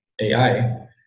AI